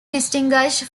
distinguished